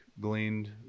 gleaned